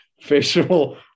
facial